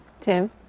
Tim